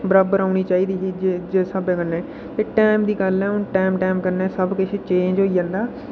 बराबर औनी चाहिदी ही जिस स्हाबै कन्नै एह् टैम दी गल्ल ऐ हून टैम टैम कन्नै सब किश चेंज होई जंदा